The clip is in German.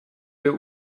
der